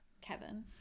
Kevin